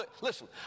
Listen